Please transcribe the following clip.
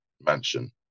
mansion